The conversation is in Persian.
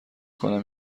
کنم